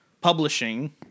publishing